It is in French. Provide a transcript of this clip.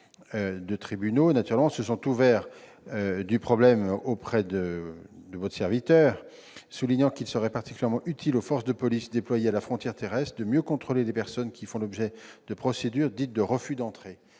plusieurs parquets se sont ouverts du problème auprès de votre serviteur ; ils lui ont expliqué qu'il serait particulièrement utile aux forces de police déployées à la frontière terrestre de pouvoir mieux contrôler les personnes qui y font l'objet de procédures dites de « refus d'entrée